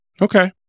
Okay